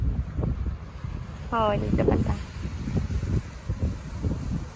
ᱦᱳᱭ ᱞᱤᱴᱟᱹ ᱯᱟᱛᱟ